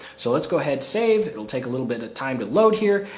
so let's go ahead save. it'll take a little bit of time to load here.